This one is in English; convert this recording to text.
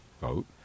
vote